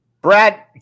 Brad